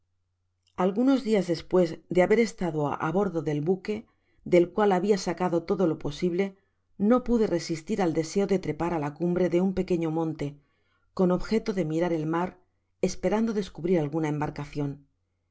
algunos dias despues de haber estado á bordo del bu que del cual habia sacado todo lo posible no pude resistir al deseo de trepar á la cumbre de un pequeño monte con objeto de mirar el mar esperando descubrir alguna embarcacion